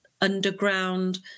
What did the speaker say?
underground